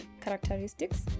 characteristics